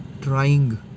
trying